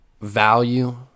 value